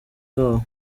babo